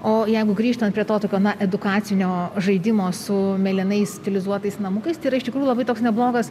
o jeigu grįžtant prie to tokio na edukacinio žaidimo su mėlynais stilizuotais namukais tai yra iš tikrųjų labai toks neblogas